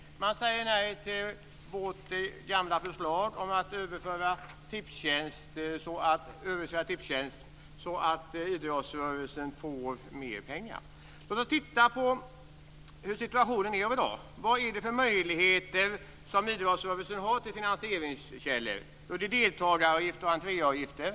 Man säger nej till vårt gamla förslag om att överföra Tipstjänst till föreningslivet så att idrottsrörelsen får mer pengar. Låt oss titta på hur situationen ser ut i dag. Vilka möjligheter har idrottsrörelsen till finansiering? Jo, det är deltagaravgifter och entréavgifter.